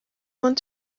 want